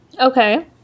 okay